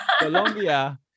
Colombia